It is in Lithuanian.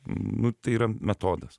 nu tai yra metodas